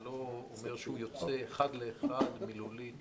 אני לא רואה שהוא יוצא אחד לאחד מילולית